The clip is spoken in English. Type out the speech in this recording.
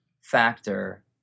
factor